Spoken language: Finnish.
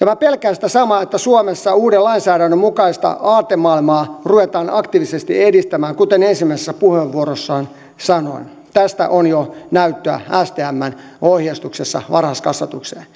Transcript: minä pelkään sitä samaa että suomessa uuden lainsäädännön mukaista aatemaailmaa ruvetaan aktiivisesti edistämään kuten ensimmäisessä puheenvuorossani sanoin tästä on jo näyttöä stmn ohjeistuksessa varhaiskasvatukseen